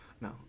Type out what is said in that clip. no